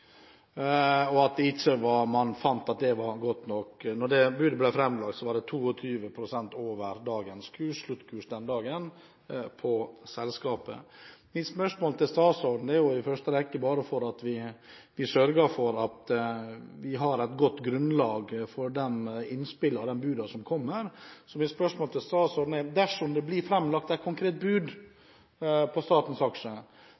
og at man ikke fant det godt nok. Da det budet ble framlagt, var det 22 pst. over dagens sluttkurs til selskapet den dagen. Mitt spørsmål til statsråden er i første rekke bare for at vi skal sørge for at vi har et godt grunnlag for de budene som kommer. Dersom det blir framlagt et konkret bud på statens aksje,